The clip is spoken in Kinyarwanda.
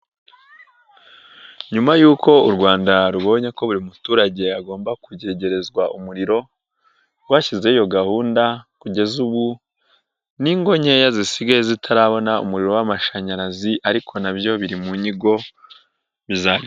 Nyuma y'uko u Rwanda rubonye ko buri muturage agomba kwegerezwa umuriro rwashyizeho iyo gahunda kugeza ubu n'ingo nkeya zisigaye zitarabona umuriro w'amashanyarazi ariko nabyo biri mu nyigo bizakorwa.